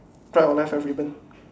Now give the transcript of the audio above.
right or left have ribbon